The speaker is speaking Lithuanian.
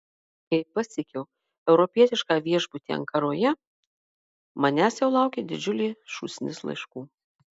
kai pasiekiau europietišką viešbutį ankaroje manęs jau laukė didžiulė šūsnis laiškų